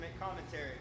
commentary